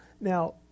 Now